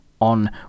on